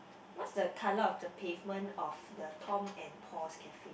what's the colour of the pavement of the Tom and Paul's Cafe